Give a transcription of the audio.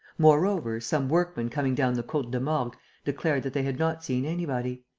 moreover, some workmen coming down the cote de morgues declared that they had not seen anybody.